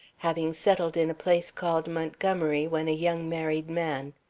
having settled in a place called montgomery when a young married man.